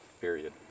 period